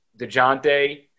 Dejounte